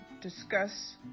discuss